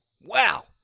Wow